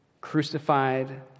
crucified